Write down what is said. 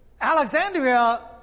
Alexandria